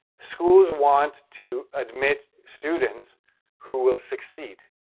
schools want to admit students who will succeed,